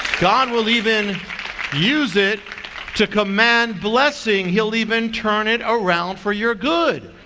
god will even use it to command blessing. he'll even turn it around for your good.